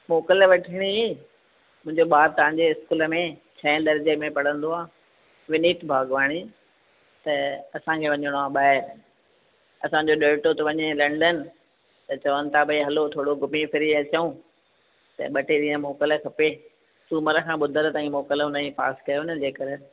मोकल वठणी हुई मुंहिंजो ॿारु तव्हांजे स्कूल में छहें दर्जे में पढ़ंदो आहे विनीत भाॻवाणी त असां खे वञिणो आहे ॿाहिरि असांजो ॾोहिटो थो वञे लंडन त चवनि था भाई हलो थोरो घुमी फिरी अचूं त ॿ टे ॾींहं मोकल खपे सूमरु खां ॿुधरु ताईं मोकल हुनजी पास कयो न जेकरि